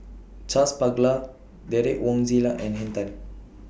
Charles Paglar Derek Wong Zi Liang and Henn Tan